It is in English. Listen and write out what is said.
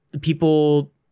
people